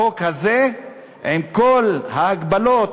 החוק הזה עם כל ההגבלות,